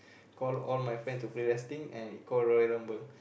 call all my friend to play wrestling and he call Royal Rumble